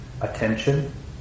attention